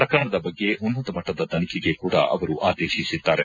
ಪ್ರಕರಣದ ಬಗ್ಗೆ ಉನ್ನತಮಟ್ಟದ ತನಿಖೆಗೆ ಕೂಡ ಅವರು ಆದೇಶಿಸಿದ್ದಾರೆ